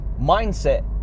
mindset